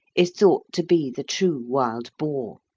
is thought to be the true wild boar.